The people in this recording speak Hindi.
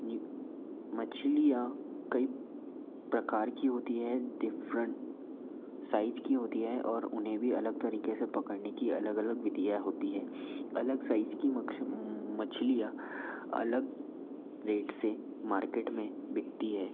ये मछलियाँ कई प्रकार की होती है डिफ्रंट साइज की होती है और उन्हें भी अलग तरीक़े से पकड़ने की अलग अलग विधियाँ होती हैं अलग साइज की मछलियाँ अलग रेट से मार्केट में बिकती है